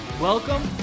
Welcome